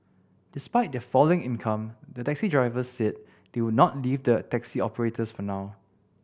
despite their falling income the taxi drivers said they would not leave the taxi operators for now